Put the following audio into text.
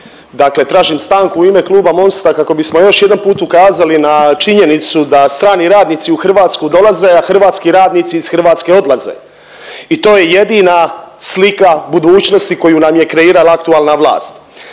Dakle, tražim stanku u ime Kluba MOST-a kako bismo još jedanput ukazali na činjenicu da strani radnici u Hrvatsku dolaze, a hrvatski radnici iz Hrvatske odlaze i to je jedina slika budućnosti koju nam je kreirala aktualna vlast.